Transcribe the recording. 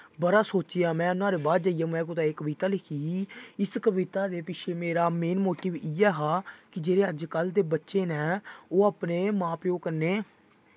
बड़ा सोचेआ मैं नोहाड़े बाद जाइयै मैं कुदै एह् कविता लिखी ही इस कविता दे पिछें मेरा मेन मोटिव इ'यै हा कि जेह्ड़े अजकल्ल दे बच्चे न ओह् अपने मां प्यो कन्नै